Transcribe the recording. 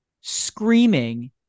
screaming